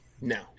No